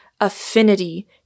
affinity